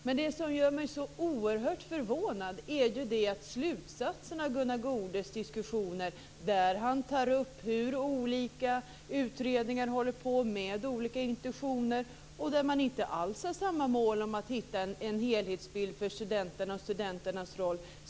Men det som gör mig så oerhört förvånad är Gunnar Goudes slutsatser av sin egen skildring, där han tog upp att olika utredningar pågår med olika intentioner och inte alls har samma mål att åstadkomma en helhetslösning för studenterna.